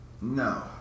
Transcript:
No